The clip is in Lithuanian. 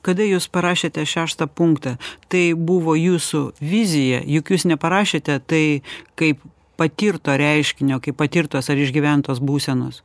kada jūs parašėte šeštą punktą tai buvo jūsų vizija juk jūs neparašėte tai kaip patirto reiškinio kaip patirtos ar išgyventos būsenos